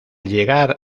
llegar